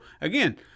again